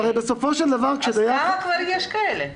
אז כמה כבר יש כאלה?